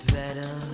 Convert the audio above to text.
better